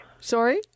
Sorry